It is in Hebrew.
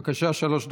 בבקשה, שלוש דקות,